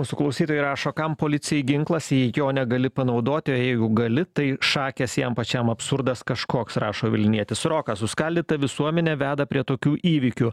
mūsų klausytojai rašo kam policijai ginklas jei jo negali panaudoti o jeigu gali tai šakės jam pačiam absurdas kažkoks rašo vilnietis rokas suskaldyta visuomenė veda prie tokių įvykių